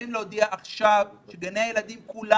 חייבים להודיע עכשיו שגני הילדים כולם,